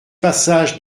passage